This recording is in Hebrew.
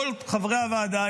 כל חברי הוועדה,